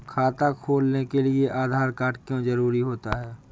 खाता खोलने के लिए आधार कार्ड क्यो जरूरी होता है?